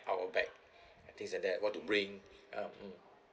our bag and things like what to bring uh mm